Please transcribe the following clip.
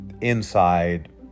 inside